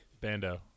Bando